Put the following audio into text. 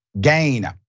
gain